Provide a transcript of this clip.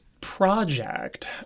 project